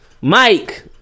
Mike